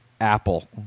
Apple